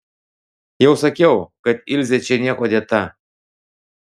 jau sakiau kad ilzė čia niekuo dėta